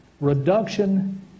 reduction